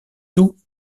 tout